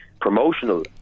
promotional